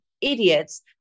idiots